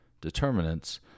determinants